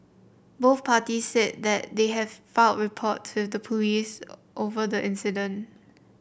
both parties said that they have filed reports with the police over the incident